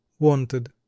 Wanted